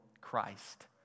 Christ